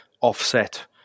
offset